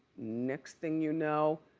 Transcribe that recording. next thing you know,